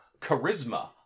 charisma